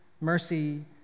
mercy